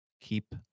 keep